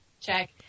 check